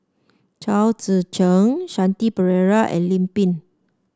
Chao Tzee Cheng Shanti Pereira and Lim Pin